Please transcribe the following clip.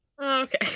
Okay